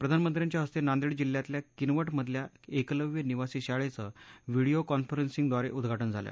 प्रधानमंत्र्यांच्या हस्ते नांदेड जिल्ह्यातल्या किनवट मधल्या एकलव्य निवासी शाळेचं व्हिडीओ कॉन्फरसिंगद्वारे उद्घाटन झालं